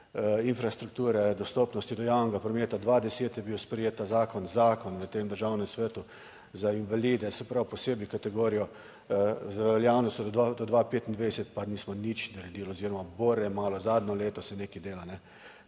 infrastrukture, dostopnosti do javnega prometa. 2010 je bil sprejet ta zakon, zakon v tem Državnem svetu za invalide. Se pravi posebej kategorijo z veljavnostjo dva do 2025 pa nismo nič naredili oziroma bore malo, zadnje leto se nekaj dela.